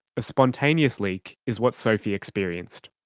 a spontaneous leak is what sophie experienced.